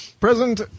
Present